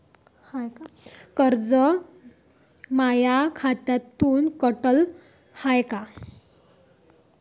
कर्ज माया खात्यामंधून कटलं हाय का?